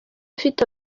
ufite